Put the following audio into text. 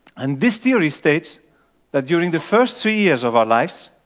and this theory states that during the first three years of our lives